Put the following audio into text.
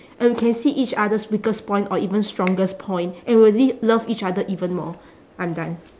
and we can see each other's weakest point or even strongest point and we'll lea~ love each other even more I'm done